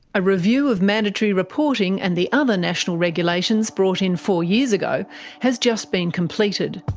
a review of mandatory reporting and the other national regulations brought in four years ago has just been completed.